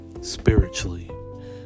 spiritually